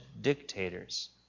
dictators